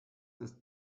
ist